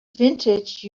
vintage